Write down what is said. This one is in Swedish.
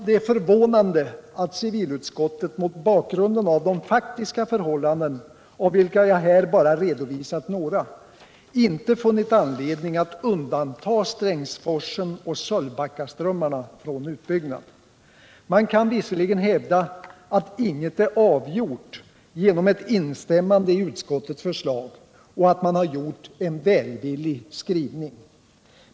Det är förvånande att civilutskottet mot bakgrund av de faktiska förhållanden, av vilka jag här bara redovisat några, inte funnit anledning att undanta Strängsforsen och Sölvbackaströmmarna från utbyggnad. Man kan visserligen hävda att inget är avgjort genom ett instämmande i utskottets förslag, och att utskottet gjort en välvillig skrivning.